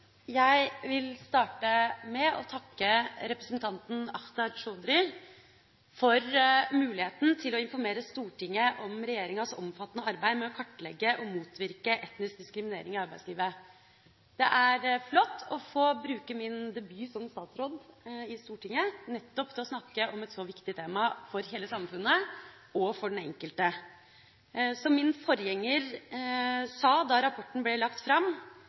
Jeg vil starte med å takke representanten Akhtar Chaudhry for muligheten til å informere Stortinget om regjeringas omfattende arbeid med å kartlegge og motvirke etnisk diskriminering i arbeidslivet. Det er flott å få bruke min debut som statsråd i Stortinget til nettopp å snakke om et så viktig tema for hele samfunnet og for den enkelte. Som min forgjenger sa da rapporten ble lagt fram: